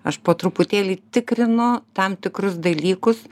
aš po truputėlį tikrinu tam tikrus dalykus